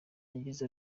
yagize